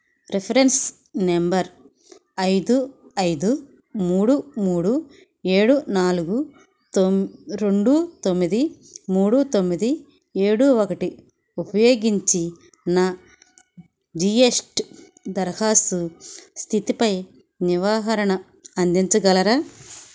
reference number ఐదు ఐదు మూడు మూడు ఏడు నాలుగు రెండు తొమ్మిది మూడు తొమ్మిది ఏడు ఒకటి ఉపయోగించి నా జీ ఎస్ టీ దరఖాస్తు స్థితిపై వివరణ అందించగలరా